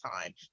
time